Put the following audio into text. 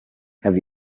have